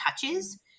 touches